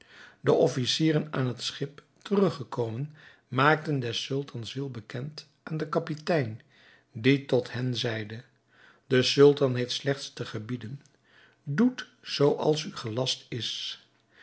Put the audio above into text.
de officieren aan het schip teruggekomen maakten des sultans wil bekend aan den kapitein die tot hen zeide de sultan heeft slechts te gebieden doet zoo als u gelast is